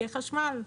יהיה חשמל,